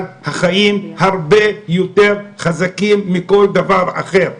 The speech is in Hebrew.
אבל החיים הרבה יותר חזקים מכל דבר אחר.